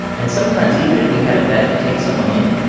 and sometimes even if we had a bed to take someone in,